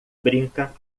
brinca